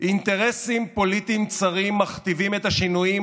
אינטרסים פוליטיים צרים מכתיבים את השינויים